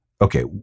Okay